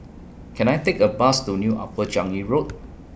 Can I Take A Bus to New Upper Changi Road